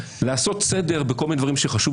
לעשות סדר בכל מיני דברים ביהודה ושומרון שחשוב